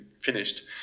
finished